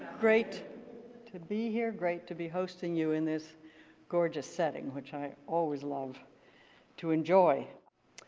great to be here. great to be hosting you in this gorgeous setting which i always love to enjoy.